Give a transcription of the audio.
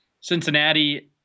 Cincinnati –